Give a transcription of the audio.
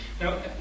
Now